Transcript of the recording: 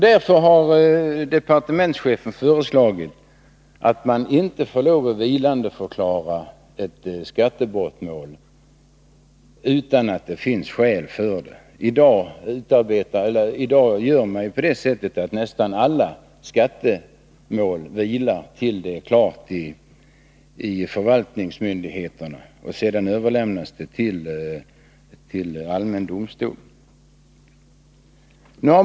Därför har departementschefen föreslagit att man inte skall få lov att vilandeförklara ett skattebrottmål utan att det finns skäl för det. I dag vilar nästan alla skattemål tills det är klart i förvaltningsmyndigheterna, och sedan överlämnas de till allmän domstol.